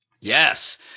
Yes